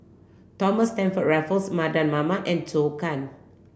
Thomas Stamford Raffles Mardan Mamat and Zhou Can